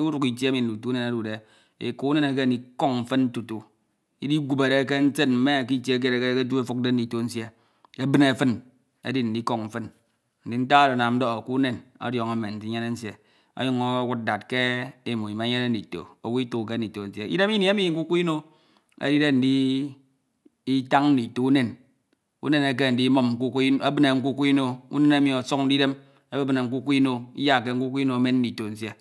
uduk itie emi ndito unen odude. eka unen ekeme ndi kon fin tutu. idiwabara ke nsen me k'itie kied ekededi ekefuk ndito nsie ebine fin edi ndikon fin ndin ntak oro anam ndoho k'unen odiono mme ndinyene nsie onyun goud that ke emo ininyere ndita owu itukke ndito nsie idan ini emi nkukwo ino edide nditan ndito unem uben ekeme ndibine nkukwo ino. unen emi osonde idem ebebine nkukwo ino iyakke nkukwo ino enem ndito nsie